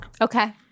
Okay